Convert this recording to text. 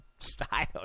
Style